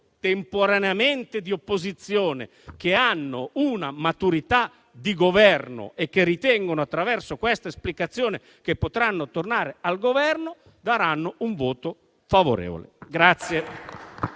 temporaneamente di opposizione, che hanno una maturità di Governo e che ritengono attraverso questa esplicazione che potranno tornare al Governo, daranno un voto favorevole.